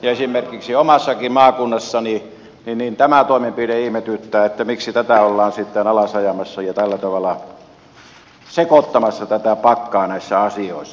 esimerkiksi omassakin maakunnassani tämä toimenpide ihmetyttää miksi tätä ollaan sitten alas ajamassa ja tällä tavalla sekoittamassa tätä pakkaa näissä asioissa